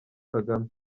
kagame